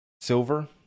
Silver